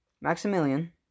Maximilian